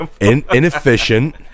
inefficient